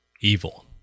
evil